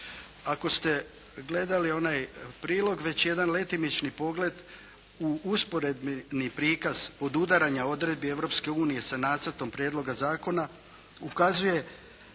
Ako ste gledali onaj prilog već jedan letimični pogled u usporedni prikaz odudaranja odredbi Europske unije sa nacrtom prijedloga zakona ukazuje